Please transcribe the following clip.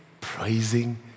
praising